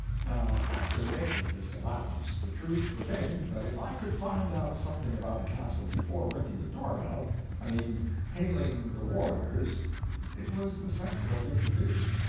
now after making this allowance, the truth remained that if i could find out something about a castle before ringing the door-bell i mean hailing the warders it was the sensible thing to do.